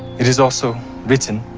it is also written